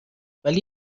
ولی